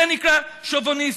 זה נקרא שוביניסט.